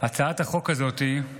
הצעת החוק הזאת היא